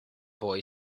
boy